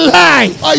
life